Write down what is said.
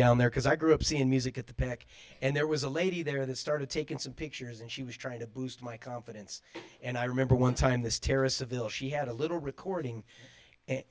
down there because i grew up seeing music at the back and there was a lady there that started taking some pictures and she was trying to boost my confidence and i remember one time this terrorist seville she had a little recording